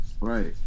right